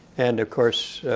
and of course,